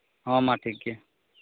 ᱦᱚᱸ ᱢᱟ ᱴᱷᱤᱠ ᱜᱮᱭᱟ